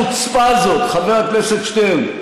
איזו חוצפה זאת, חבר הכנסת שטרן.